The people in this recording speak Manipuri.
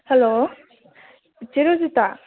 ꯍꯜꯂꯣ ꯆꯦ ꯔꯣꯖꯤꯇꯥ